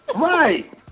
Right